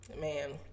Man